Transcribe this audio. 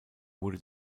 wurde